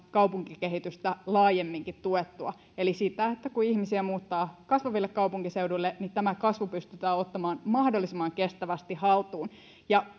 kaupunkikehitystä laajemminkin tuettua eli sitä että kun ihmisiä muuttaa kasvaville kaupunkiseuduille niin tämä kasvu pystytään ottamaan mahdollisimman kestävästi haltuun